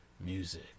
music